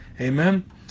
Amen